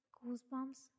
goosebumps